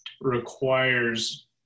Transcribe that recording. requires